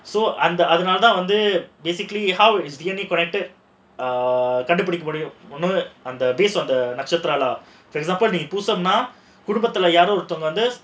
so அந்த அதுனால தான் வந்து:andha adhunaala thaan vandhu how his connected kind of it you know under based on the lecture கண்டு பிடிக்க முடியும்:kandu pidikka mudiyum for example நீ பூசம்னா குடும்பத்துல யாரோ ஒருத்தர் வந்து:nee poosamnaa kudumbathula yaaro oruthar vandhu